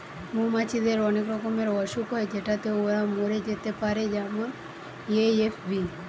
মৌমাছিদের অনেক রকমের অসুখ হয় যেটাতে ওরা মরে যেতে পারে যেমন এ.এফ.বি